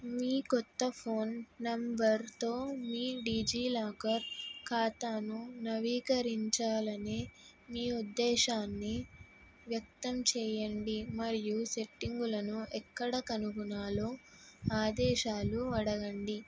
మీ కొత్త ఫోన్ నంబర్తో మీ డిజిలాకర్ ఖాతాను నవీకరించాలని మీ ఉద్దేశాన్ని వ్యక్తం చెయ్యండి మరియు సెట్టింగులను ఎక్కడ కనుగొనాలో ఆదేశాలు అడగండి